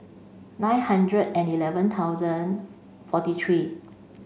nine hundred and eleven thousand forty three